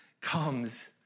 comes